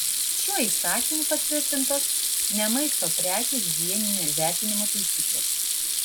šiuo įsakymu patvirtintos ne maisto prekių higieninio įvertinimo taisyklės